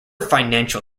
financial